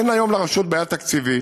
אין היום לרשות בעיה תקציבית,